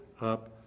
up